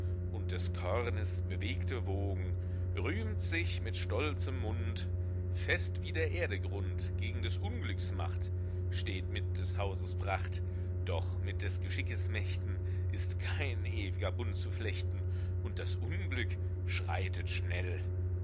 und des kornes bewegte wogen rühmt sich mit stolzem mund fest wie der erde grund gegen des unglücks macht steht mit des hauses pracht doch mit des geschickes mächten ist kein ew'ger bund zu flechten und das unglück schreitet schnell